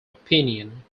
opinion